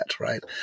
right